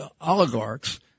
oligarchs